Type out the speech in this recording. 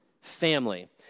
family